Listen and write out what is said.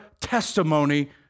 testimony